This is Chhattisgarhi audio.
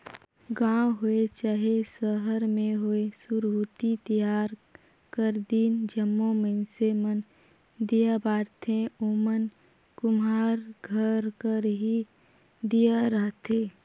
गाँव होए चहे सहर में होए सुरहुती तिहार कर दिन जम्मो मइनसे मन दीया बारथें ओमन कुम्हार घर कर ही दीया रहथें